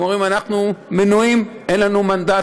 הם אומרים: אנחנו מנועים, אין לנו מנדט.